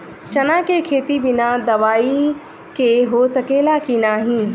चना के खेती बिना दवाई के हो सकेला की नाही?